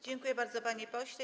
Dziękuję bardzo, panie pośle.